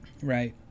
Right